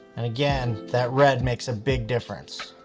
and again, that red makes a big difference.